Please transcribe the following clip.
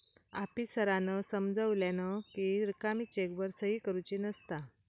आफीसरांन समजावल्यानं कि रिकामी चेकवर सही करुची नसता